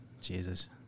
Jesus